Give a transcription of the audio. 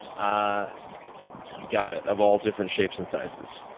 ah got it. of all different shapes and sizes.